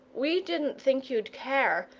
we didn't think you'd care,